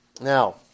Now